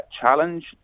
challenge